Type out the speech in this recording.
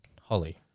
Holly